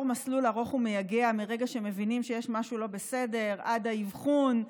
מסלול ארוך ומייגע מרגע שהם מבינים שיש משהו לא בסדר ועד האבחון,